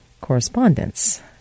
correspondence